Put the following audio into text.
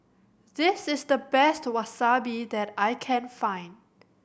this is the best Wasabi that I can find